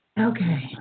Okay